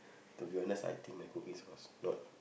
to be honest I think my cookings was not